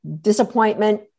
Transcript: disappointment